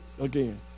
again